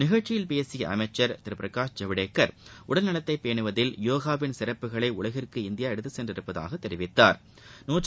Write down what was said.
நிகழ்ச்சியில் பேசிய அமைச்ச் திரு பிரகாஷ் ஜவடேக்கர் உடல் நலத்தை பேனுவதில் யோகாவின் சிறப்புகளை உலகிற்கு இந்தியா எடுத்துச் சென்றுள்ளதாகத் தெரிவித்தாா்